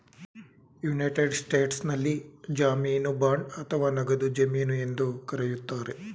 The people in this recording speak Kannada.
ಯುನೈಟೆಡ್ ಸ್ಟೇಟ್ಸ್ನಲ್ಲಿ ಜಾಮೀನು ಬಾಂಡ್ ಅಥವಾ ನಗದು ಜಮೀನು ಎಂದು ಕರೆಯುತ್ತಾರೆ